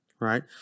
Right